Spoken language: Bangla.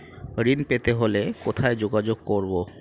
ঋণ পেতে হলে কোথায় যোগাযোগ করব?